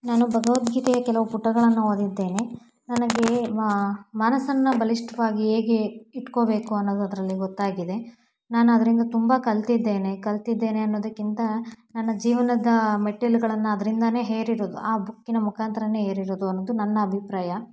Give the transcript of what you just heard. ನಾನು ಭಗವದ್ಗೀತೆಯ ಕೆಲವು ಪುಟಗಳನ್ನ ಓದಿದ್ದೇನೆ ನನಗೆ ಮ ಮನಸ್ಸನ್ನು ಬಲಿಷ್ಠವಾಗಿ ಹೇಗೆ ಇಟ್ಕೋಬೇಕು ಅನ್ನೋದು ಅದರಲ್ಲಿ ಗೊತ್ತಾಗಿದೆ ನಾನು ಅದರಿಂದ ತುಂಬ ಕಲಿತಿದ್ದೇನೆ ಕಲಿತಿದ್ದೇನೆ ಅನ್ನೋದಕ್ಕಿಂತ ನನ್ನ ಜೀವನದ ಮೆಟ್ಟಿಲುಗಳನ್ನು ಅದರಿಂದಾನೆ ಏರಿರೋದು ಆ ಬುಕ್ಕಿನ ಮುಖಾಂತರನೇ ಏರಿರೋದು ಅನ್ನೋದು ನನ್ನ ಅಭಿಪ್ರಾಯ